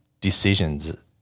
decisions –